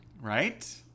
Right